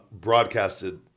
broadcasted